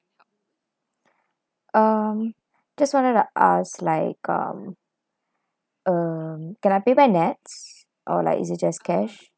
um just wanted to ask like um um can I pay by nets or like is it just cash